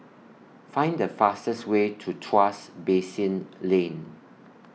Find The fastest Way to Tuas Basin Lane